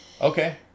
Okay